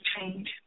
change